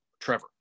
Trevor